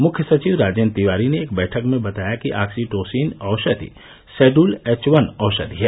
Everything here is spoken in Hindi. मुख्य सचिव राजेन्द्र तिवारी ने एक बैठक में बताया कि ऑक्सीटोसिन औषधि शेडयूल एच वन औषधि है